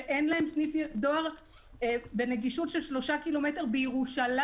שאין להם סניף דואר בנגישות של שלושה ק"מ בירושלים,